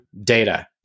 data